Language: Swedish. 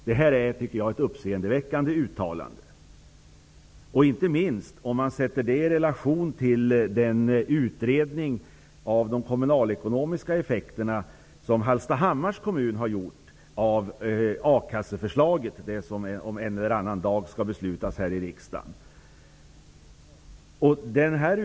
Det är ett uppseendeväckande uttalande, inte minst i relation till den utredning om de kommunalekonomiska effekterna som Hallstahammars kommun har gjort av akasseförslaget, som skall beslutas här i riksdagen om någon dag.